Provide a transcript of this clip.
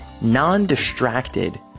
non-distracted